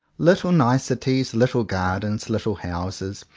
little niceties, little gardens, little houses,